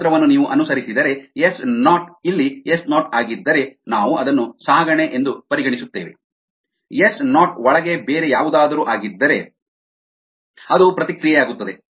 ಈ ತಂತ್ರವನ್ನು ನೀವು ಅನುಸರಿಸಿದರೆ ಎಸ್ ನಾಟ್ ವು ಇಲ್ಲಿ ಎಸ್ ನಾಟ್ ಆಗಿದ್ದರೆ ನಾವು ಅದನ್ನು ಸಾಗಣೆ ಎಂದು ಪರಿಗಣಿಸುತ್ತೇವೆ ಎಸ್ ನಾಟ್ ವು ಒಳಗೆ ಬೇರೆ ಯಾವುದಾದರೂ ಆಗಿದ್ದರೆ ಅದು ಪ್ರತಿಕ್ರಿಯೆಯಾಗುತ್ತದೆ